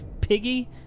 Piggy